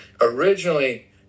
Originally